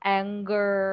anger